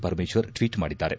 Parameshwar tweet ಮಾಡಿದ್ದಾರೆ